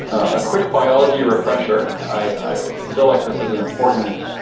a quick biology refresher. i feel like this is an important